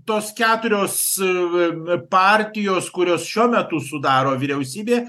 tos keturios partijos kurios šiuo metu sudaro vyriausybė